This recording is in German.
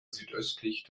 südöstlich